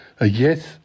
Yes